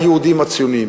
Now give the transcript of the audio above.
היהודים הציונים.